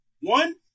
One